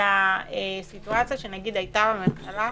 לסיטואציה שהייתה בהתחלה